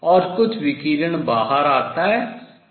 और कुछ विकिरण बाहर आता है